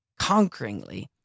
conqueringly